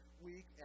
week